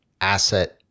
asset